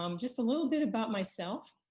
um just a little bit about myself.